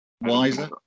wiser